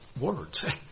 words